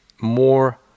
more